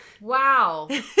Wow